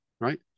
right